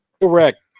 correct